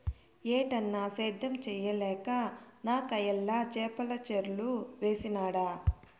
ఏటన్నా, సేద్యం చేయలేక నాకయ్యల చేపల చెర్లు వేసినాడ